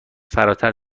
فراتر